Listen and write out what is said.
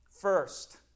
First